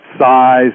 size